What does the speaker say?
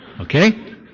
Okay